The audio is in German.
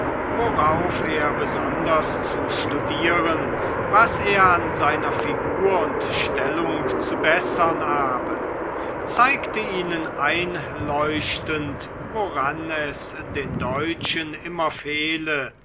worauf er besonders zu studieren was er an seiner figur und stellung zu bessern habe zeigte ihnen einleuchtend woran es den deutschen immer fehle